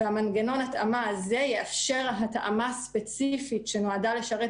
ומנגנון ההתאמה הזה יאפשר התאמה ספציפית שנועדה לשרת